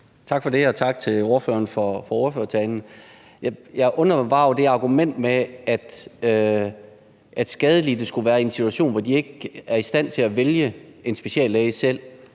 Tak for det, og tak til ordføreren for ordførertalen. Jeg undrer mig bare over det argument med, at skadelidte skulle være i en situation, hvor de ikke er i stand til at vælge en speciallæge selv.